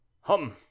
hum